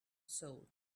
soul